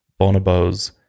bonobos